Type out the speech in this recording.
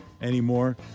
anymore